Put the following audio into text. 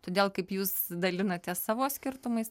todėl kaip jūs dalinatės savo skirtumais